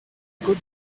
could